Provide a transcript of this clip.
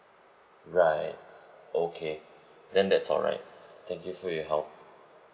right okay then that's alright thank you for your help